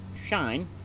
shine